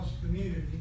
community